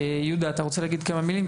יהודה, אתה רוצה להגיד כמה מילים?